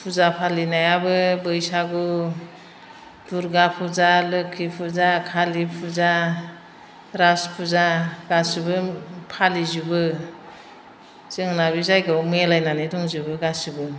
फुजा फालिनायाबो बैसागु दुर्गा फुजा लोक्षि फुजा खालि फुजा रास फुजा गासैबो फालिजोबो जोंना बे जायगायाव मिलायनानै दंजोबो गासैबो